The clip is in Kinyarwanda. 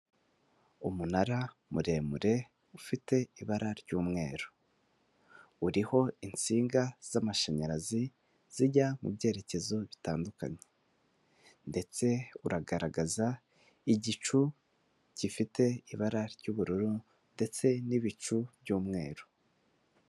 Umunara muremure ufite ibara ry'umweru uriho insinga z'amashanyarazi zijya mu byerekezo bitandukanye ndetse uragaragaza igicu gifite ibara ry'ubururu ndetse n'ibicu by'umweru.